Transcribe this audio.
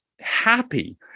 happy